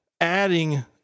adding